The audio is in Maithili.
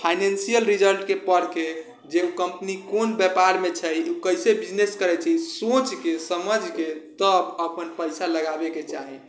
फाइनेंशिअल रिजल्टके पढ़िकऽ जे कम्पनी कोन व्यापारमे छै ओ कइसे बिजनेस करै छै सोचिकऽ समैझिकऽ तब अपन पइसा लगाबैके चाही